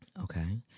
Okay